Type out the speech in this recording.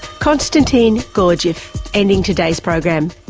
constantin gurdgiev ending today's program.